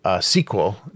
sequel